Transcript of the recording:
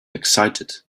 excited